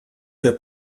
für